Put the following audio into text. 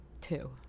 two